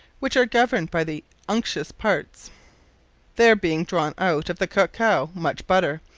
which are governed by the unctious parts there being drawne out of the cacao much butter,